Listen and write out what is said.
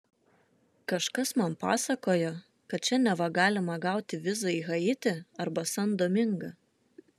kažkas man pasakojo kad čia neva galima gauti vizą į haitį arba san domingą